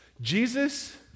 Jesus